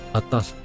atas